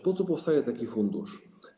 Po co powstaje taki fundusz?